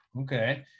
okay